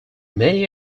many